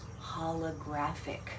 holographic